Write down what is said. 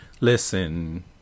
Listen